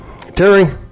Terry